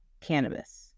cannabis